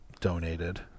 donated